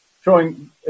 showing